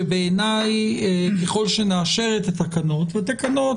שבעיניי ככל שנאשר את התקנות והתקנות